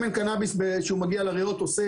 שמן קנאביס כשהוא מגיע לריאות,